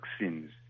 vaccines